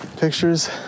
Pictures